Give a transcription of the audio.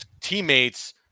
teammates